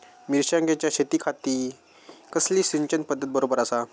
मिर्षागेंच्या शेतीखाती कसली सिंचन पध्दत बरोबर आसा?